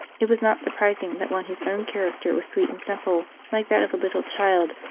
it was not surprising that one whose own character was sweet and simple, like that of a little child,